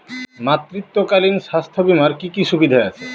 মাতৃত্বকালীন স্বাস্থ্য বীমার কি কি সুবিধে আছে?